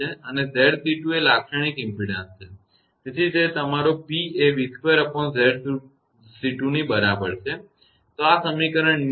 અને 𝑍𝑐2 એ લાક્ષણિક ઇમપેડન્સ છે તેથી તે તમારો P એ 𝑣2𝑍𝑐2 ની બરાબર છે તો આ સમીકરણ 90 છે